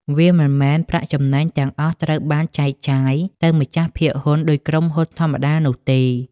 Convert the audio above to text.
វាមិនមែនប្រាក់ចំណេញទាំងអស់ត្រូវបានចែកចាយទៅម្ចាស់ភាគហ៊ុនដូចក្រុមហ៊ុនធម្មតានោះទេ។